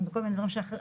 גם בכל מיני דברים אחרים,